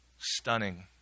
stunning